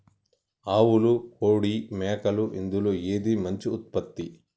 ఆవులు కోడి మేకలు ఇందులో ఏది మంచి ఉత్పత్తి?